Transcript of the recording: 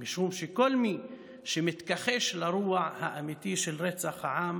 משום שכל מי שמתכחש לרוע האמיתי של רצח העם,